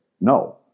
no